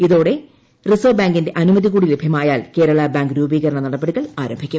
ഇതോടെ റിസർവ് ബാങ്കിന്റെ അനുമതികൂടി ലഭ്യമായാൽ കേരള ബാങ്ക് രൂപീകരണ നടപടികൾ ആരംഭിക്കും